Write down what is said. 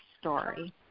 story